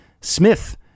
Smith